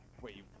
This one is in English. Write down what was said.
Wait